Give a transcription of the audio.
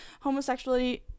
Homosexuality